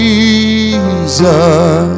Jesus